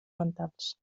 mentals